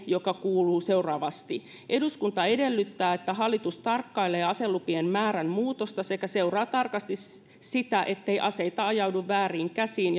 joka kuuluu seuraavasti eduskunta edellyttää että hallitus tarkkailee aselupien määrän muutosta sekä seuraa tarkasti sitä sitä ettei aseita ajaudu vääriin käsiin